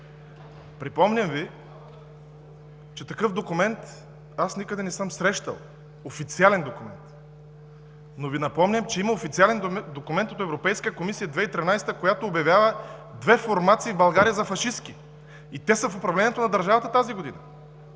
Припомням Ви, че такъв документ никъде не съм срещал – официален документ, но Ви напомням, че има официален документ от Европейската комисия от 2013 г., която обявява две формации в България за фашистки и те са в управлението на държавата тази година.